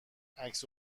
عکس